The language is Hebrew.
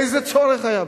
איזה צורך היה בזה?